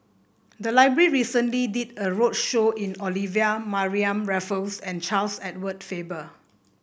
the library recently did a roadshow on Olivia Mariamne Raffles and Charles Edward Faber